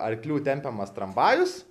arklių tempiamas tramvajus